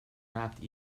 wrapped